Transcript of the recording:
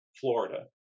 Florida